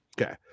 okay